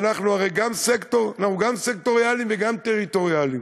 שהרי אנחנו גם סקטוריאליים וגם טריטוריאליים.